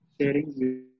sharing